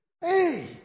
Hey